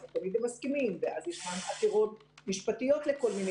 לא תמיד הם מסכימים ואז ישנן עתירות משפטיות על כל מיני